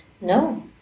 No